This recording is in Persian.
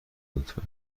لطفا